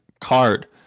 card